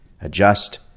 adjust